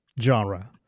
genre